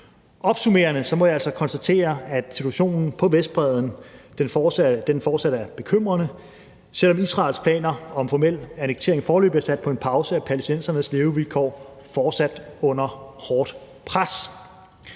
Opsummerende må jeg altså konstatere, at situationen på Vestbredden fortsat er bekymrende. Selv om Israels planer om formel annektering foreløbig er sat på pause, er palæstinensernes levevilkår fortsat under hårdt pres.